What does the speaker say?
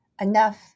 enough